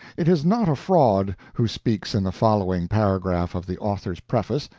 it is not a fraud who speaks in the following paragraph of the author's preface,